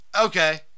Okay